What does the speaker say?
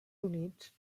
units